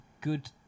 Good